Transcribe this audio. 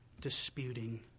disputing